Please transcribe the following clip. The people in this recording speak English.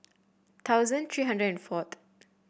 thousand three hundred and fourth